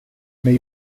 nei